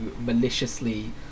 maliciously